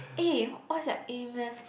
eh what's your a-math